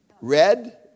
Red